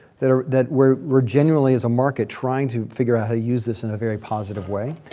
that ah that we're we're genuinely as a market trying to figure out how to use this in a very positive way.